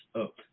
up